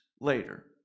later